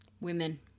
Women